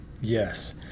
Yes